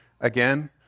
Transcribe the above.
again